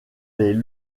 les